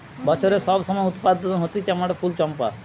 বছরের সব সময় উৎপাদন হতিছে এমন একটা ফুল চম্পা